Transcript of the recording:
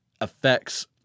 affects